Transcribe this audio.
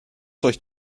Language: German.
durch